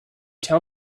tell